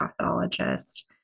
pathologist